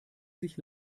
sich